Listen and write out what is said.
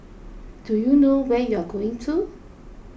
do you know where you're going to